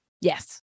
yes